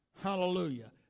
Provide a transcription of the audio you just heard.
Hallelujah